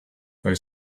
they